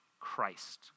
Christ